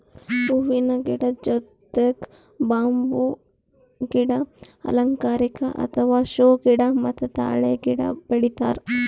ಹೂವಿನ ಗಿಡದ್ ಜೊತಿಗ್ ಬಂಬೂ ಗಿಡ, ಅಲಂಕಾರಿಕ್ ಅಥವಾ ಷೋ ಗಿಡ ಮತ್ತ್ ತಾಳೆ ಗಿಡ ಬೆಳಿತಾರ್